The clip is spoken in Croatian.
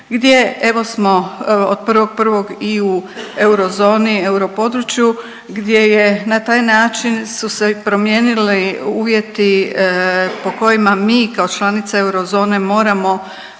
evo smo od 1.1. i u eurozoni, europodručju gdje je na taj način su se promijenili uvjeti po kojima mi kao članica eurozone moramo